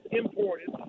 imported